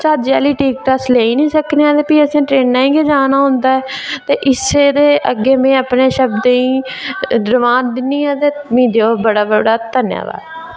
ज्हाजै आह्ली टिकट अस लेई निं सकने हैन ते भी असें ट्रेनां गै जाना होंदा ऐ ते इस्सै दे अग्गें में अपने शब्दें गी रमान दिन्नी आं ते मिगी देओ बड़ा बड़ा धन्यबाद